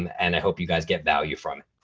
and i hope you guys get value from